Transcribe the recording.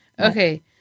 Okay